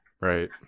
Right